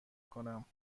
کنم